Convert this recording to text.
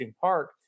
park